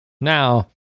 Now